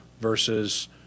versus